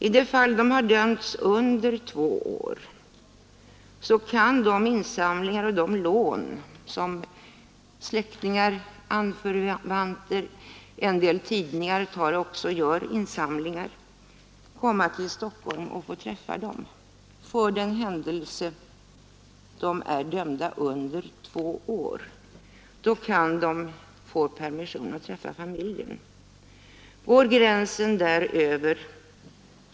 Med hjälp av lån och insamlingar av släkt och vänner — en del tidningar lär också göra sådana — kan hustrurna komma till Stockholm och få träffa dem; för den händelse de är dömda till mindre än två år kan de få permission för att träffa familjen. Men över den grä anstalten.